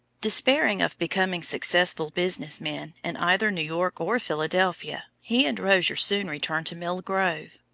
despairing of becoming successful business men in either new york or philadelphia, he and rozier soon returned to mill grove.